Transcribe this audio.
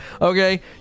okay